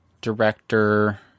director